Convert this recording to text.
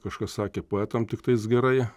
kažkas sakė poetam tiktais gerai